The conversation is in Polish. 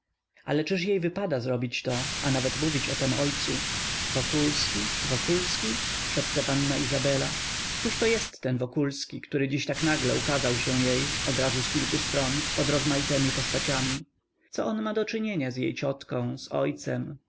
ale czyż jej wypada zrobić to a nawet mówić o tem ojcu wokulski wokulski szepce panna izebelaizabela któż to jest ten wokulski który dziś tak nagle ukazał się jej odrazu z kilku stron pod rozmaitemi postaciami co on ma do czynienia z jej ciotką z ojcem